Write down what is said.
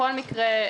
בכל מקרה,